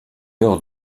lors